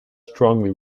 strongly